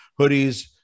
hoodies